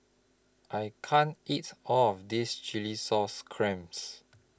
I can't eat All of This Chilli Sauce Clams